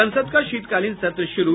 संसद का शीतकालीन सत्र शुरू